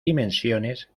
dimensiones